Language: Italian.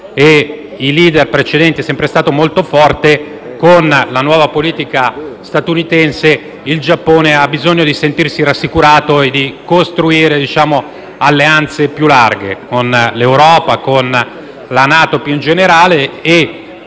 i *leader* precedenti è sempre stato molto forte), con la nuova politica statunitense il Giappone ha bisogno di sentirsi rassicurato e di costruire alleanze più larghe con l'Europa, con la NATO più in generale e,